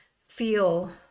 feel